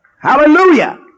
Hallelujah